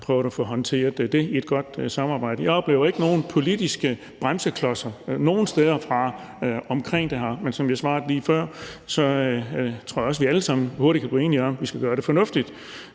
prøvet at håndtere det i et godt samarbejde. Jeg oplever ikke nogen politiske bremseklodser nogen steder fra omkring det her, men som jeg svarede lige før, så tror jeg, at vi alle sammen hurtigt kan blive enige om, at vi skal gøre det fornuftigt,